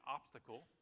obstacle